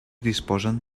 disposen